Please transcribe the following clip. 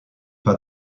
pas